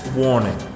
warning